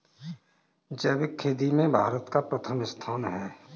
जैविक खेती में भारत का प्रथम स्थान है